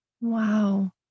Wow